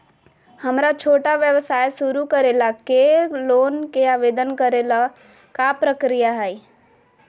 हमरा छोटा व्यवसाय शुरू करे ला के लोन के आवेदन करे ल का प्रक्रिया हई?